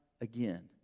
again